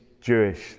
Jewish